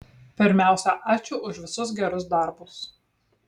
pirmiausia ačiū už visus gerus darbus